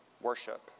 worship